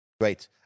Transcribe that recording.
Great